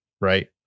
Right